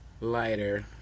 lighter